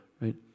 right